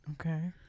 Okay